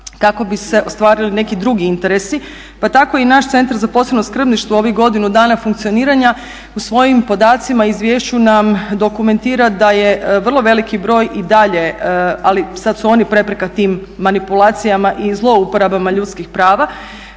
kako bi se ostvarili neki drugi interesi. Pa tako i naš Centar za posebno skrbništvo u ovih godinu dana funkcioniranja u svojim podacima nam dokumentira da je vrlo veliki broj i dalje, ali sad su oni prepreka tim manipulacijama i zlouporabama ljudskih prava.